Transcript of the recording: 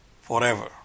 forever